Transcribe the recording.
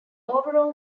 overall